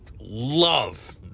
love